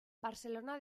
barcelona